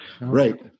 right